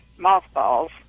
mothballs